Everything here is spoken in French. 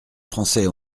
français